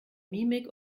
mimik